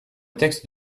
texte